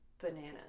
bananas